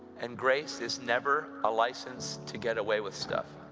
and grace is never a licence to get away with stuff.